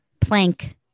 Plank